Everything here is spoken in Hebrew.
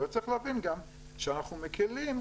אבל צריך להבין גם שאנחנו מקלים,